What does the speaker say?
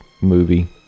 movie